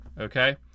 Okay